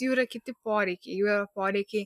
jų yra kiti poreikiai jų yra poreikiai